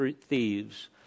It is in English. thieves